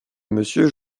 monsieur